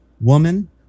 Woman